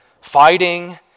fighting